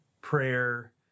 prayer